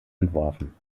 entworfen